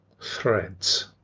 threads